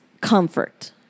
comfort